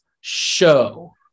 show